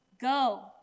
go